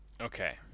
Okay